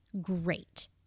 great